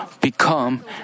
become